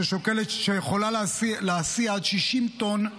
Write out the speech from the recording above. שיכולה להסיע עד 60 טון.